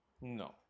no